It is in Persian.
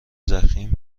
ضخیم